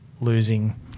losing